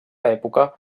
època